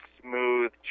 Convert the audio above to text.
smooth